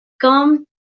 come